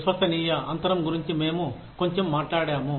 విశ్వసనీయ అంతరం గురించి మేము కొంచెం మాట్లాడాము